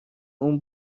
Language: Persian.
اون